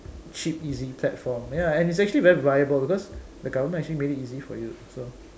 cheap easy platform ya and it's actually very viable because the government actually made it easy for you so